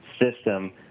system